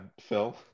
Phil